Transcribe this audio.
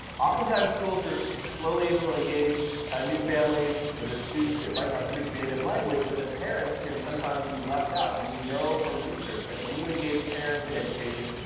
oftentimes, schools are slowly able to engage new families or the students that might not speak the native language, but the parents can sometimes be left out, and we know from research that when you engage parents in education,